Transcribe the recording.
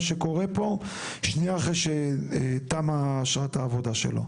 שקורה פה שנייה אחרי שתמה אשרת העבודה שלו.